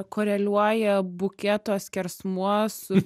koreliuoja buketo skersmuo su